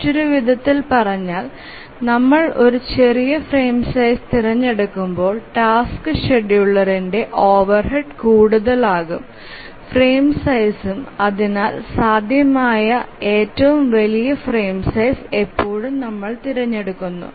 മറ്റൊരു വിധത്തിൽ പറഞ്ഞാൽ നമ്മൾ ഒരു ചെറിയ ഫ്രെയിം സൈസ് തിരഞ്ഞെടുക്കുമ്പോൾ ടാസ്ക് ഷെഡ്യൂളറിന്റെ ഓവർഹെഡ് കൂടുതൽ ആകും ഫ്രെയിം സൈസ്ഉം അതിനാൽ സാധ്യമായ ഏറ്റവും വലിയ ഫ്രെയിം സൈസ് എപ്പോഴുണ് നമ്മൾ തിരഞ്ഞെടുക്കുന്നു